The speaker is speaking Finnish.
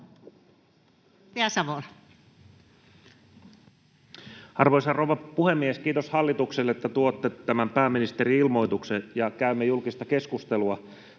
Arvoisa rouva puhemies! Kiitos hallitukselle, että tuotte tämän pääministerin ilmoituksen ja käymme julkista keskustelua